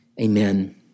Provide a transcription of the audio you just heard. Amen